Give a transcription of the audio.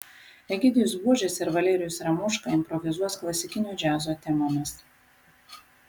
egidijus buožis ir valerijus ramoška improvizuos klasikinio džiazo temomis